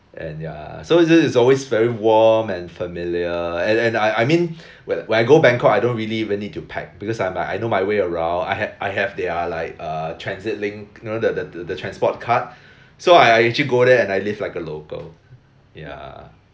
and ya so so it is always very warm and familiar and and I I mean when when I go bangkok I don’t really even need to pack because I'm like I know my way around I ha~ I have their like uh transit link you know the the the transport card so I actually go there and I live like a local yeah